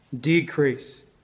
decrease